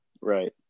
Right